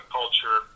culture